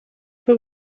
but